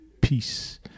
peace